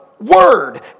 word